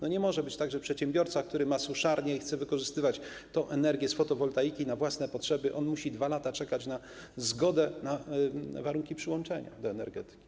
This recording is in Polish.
Nie może być tak, że przedsiębiorca, który ma suszarnię i chce wykorzystywać tę energię z fotowoltaiki na własne potrzeby, musi 2 lata czekać na zgodę, na warunki przyłączenia do energetyki.